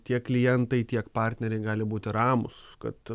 tiek klientai tiek partneriai gali būti ramūs kad